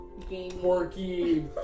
porky